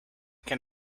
can